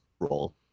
role